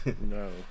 No